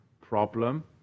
Problem